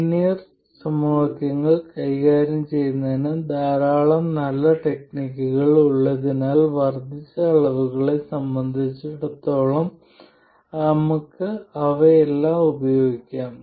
linear സമവാക്യങ്ങൾ കൈകാര്യം ചെയ്യുന്നതിന് ധാരാളം നല്ല ടെക്നിക്കുകൾ ഉള്ളതിനാൽ വർദ്ധിച്ച അളവുകളെ സംബന്ധിച്ചിടത്തോളം നമുക്ക് അവയെല്ലാം ഉപയോഗിക്കാം